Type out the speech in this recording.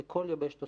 בכל יבשת אוסטרליה,